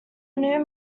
new